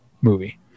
movie